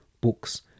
books